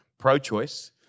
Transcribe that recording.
Pro-choice